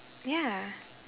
ya